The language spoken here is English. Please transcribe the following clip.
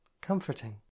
comforting